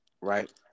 right